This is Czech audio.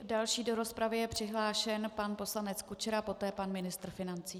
Další do rozpravy je přihlášen pan poslanec Kučera, poté pan ministr financí.